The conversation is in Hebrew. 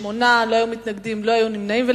8, אין מתנגדים ואין נמנעים.